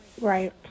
right